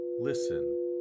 listen